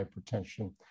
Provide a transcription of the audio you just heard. hypertension